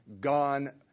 gone